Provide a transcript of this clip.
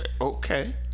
Okay